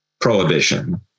prohibition